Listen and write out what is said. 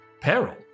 peril